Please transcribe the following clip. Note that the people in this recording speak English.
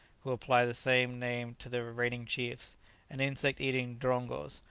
who apply the same name to their reigning chiefs and insect-eating drongos,